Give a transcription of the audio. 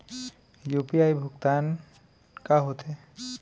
UPI भुगतान का होथे?